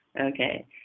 Okay